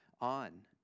on